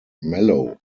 mellow